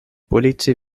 politsei